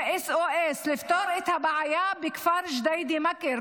זה SOS, לפתור את הבעיה בכפר ג'דיידה-מכר.